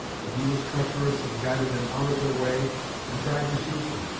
but he was treacherous and guided them out of their way and tried to shoot them.